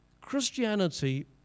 Christianity